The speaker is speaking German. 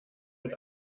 mit